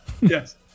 yes